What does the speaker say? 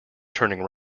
turning